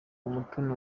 umutoni